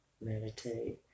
Meditate